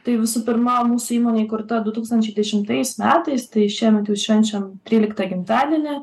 tai visų pirma mūsų įmonė įkurta du tūkstančiai dešimtais metais tai šiemet jau švenčiam tryliktą gimtadienį